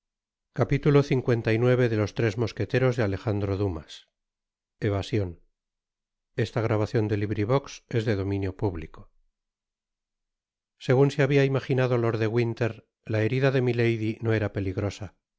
mi mosqueteros segun se habia imaginado lord de winter la herida de'milady no era peligrosa asi